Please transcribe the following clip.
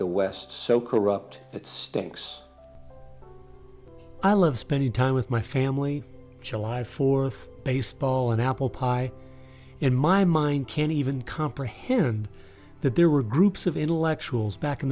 the west so corrupt it stinks i love spending time with my family july fourth baseball and apple pie in my mind can't even comprehend that there were groups of intellectuals back in